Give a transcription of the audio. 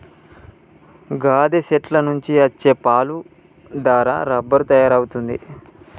గాదె సెట్ల నుండి అచ్చే పాలు దారా రబ్బరు తయారవుతుంది